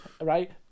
right